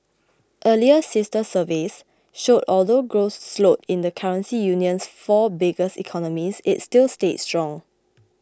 earlier sister surveys showed although growth slowed in the currency union's four biggest economies it still stayed strong